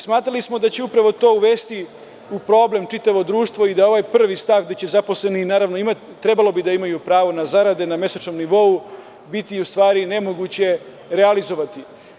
Smatrali smo da će upravo to uvesti u problem čitavo društvo da i da ovaj prvi stav, da će zaposleni naravno imati, trebalo bi da imaju pravo na zarade, na mesečnom nivou biti u stvari nemoguće realizovati.